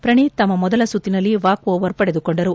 ಪ್ರಣೀತ್ ತಮ್ನ ಮೊದಲ ಸುತ್ತಿನಲ್ಲಿ ವಾಕ್ಒವರ್ ಪಡೆದುಕೊಂಡರು